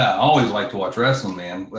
always like to watch wrestling man.